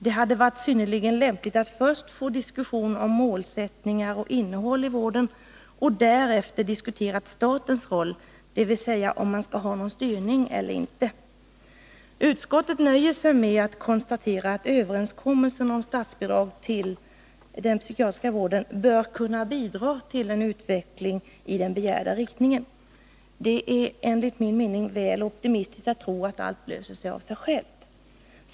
Det hade varit synnerligen lämpligt att först få diskutera målsättningar och innehåll i vården och därefter statens roll, dvs. om man skall ha någon styrning eller inte. Utskottet nöjer sig med att konstatera att överenskommelsen om statsbidrag till den psykiatriska vården bör kunna bidra till en utveckling i den begärda riktningen. Det är enligt min mening väl optimistiskt att tro att allt löser sig av sig självt.